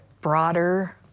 broader